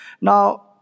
now